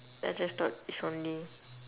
ya I just thought is only